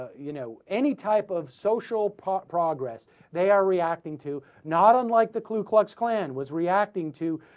you know any type of social park progress they are reacting to not unlike the klu klux klan was reacting to